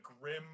grim